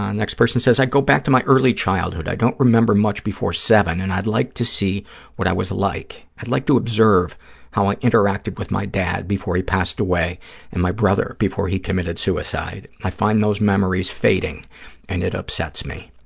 next person says, i'd go back to my early childhood. i don't remember much before seven, and i'd like to see what i was like. i'd like to observe how i interacted with my dad before he passed away and my brother before he committed suicide. i find those memories fading and it upsets me.